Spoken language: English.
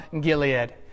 Gilead